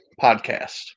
podcast